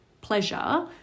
pleasure